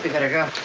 better go.